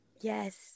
Yes